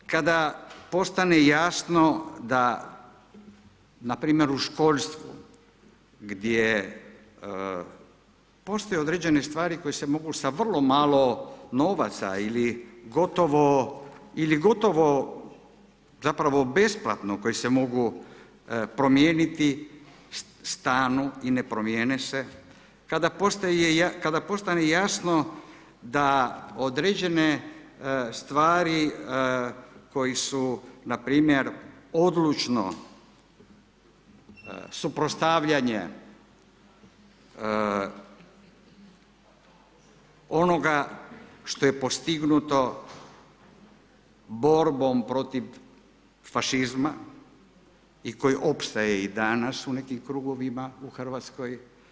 Ali kada postane jasno da npr. u školstvu, gdje postoje određene stvari koje se mogu sa vrlo malo novaca ili gotovo, ili gotovo zapravo besplatno koji se mogu promijeniti stanu i ne promijene se, kada postane jasno da određene stvari koji su npr. odlučno suprotstavljanje onoga što je postignuto borbom protiv fašizma i koji opstaje i danas u nekim krugovima u Hrvatskoj.